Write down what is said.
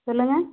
சொல்லுங்கள்